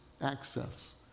access